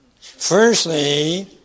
Firstly